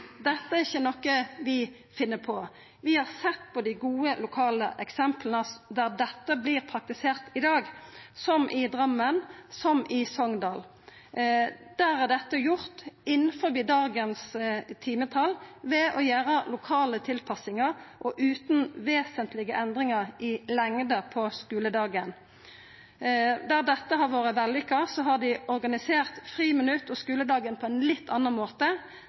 Dette er ikkje noko vi finn på. Vi har sett på dei gode lokale eksempla der dette vert praktisert i dag, som i Drammen og i Sogndal. Der er dette gjort innanfor dagens timetal ved å gjera lokale tilpassingar og utan vesentlege endringar i lengda på skuledagen. Der dette har vore vellykka, har dei organisert friminutt og skuledag på ein litt annan måte.